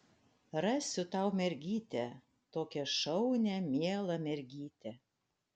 rasiu tau mergytę tokią šaunią mielą mergytę